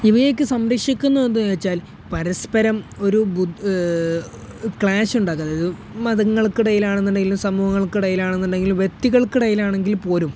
ഇവയൊക്കെ സംരക്ഷിക്കുന്നത് എന്താ വച്ചാൽ പരസ്പരം ഒരു ക്ലാഷ് ഉണ്ടാക്കാത്തത് മതങ്ങൾക്കിടയിലാണെന്നുണ്ടെങ്കിലും സമൂഹങ്ങൾക്കിടയിലാണെന്നുണ്ടെങ്കിലും വ്യക്തികൾക്കിടയിലാണെങ്കിൽപ്പോലും